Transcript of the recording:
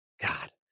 God